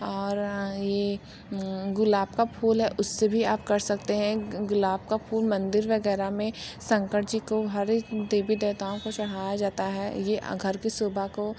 और ये गुलाब का फूल है उससे भी आप कर सकते हैं गुलाब का फूल मंदिर वगैरह में शकर जी को हर एक देवी देवताओं को चढ़ाया जाता है ये घर कि शोभा को